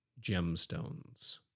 gemstones